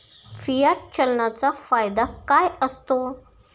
Fiat चलनाचा फायदा काय असतो?